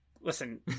Listen